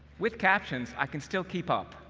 with captions, i can still keep up,